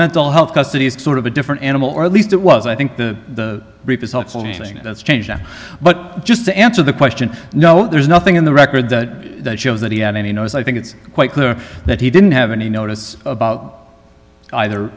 mental health custody is sort of a different animal or at least it was i think the thing that's changed but just to answer the question no there's nothing in the record that shows that he had any notice i think it's quite clear that he didn't have any notice about either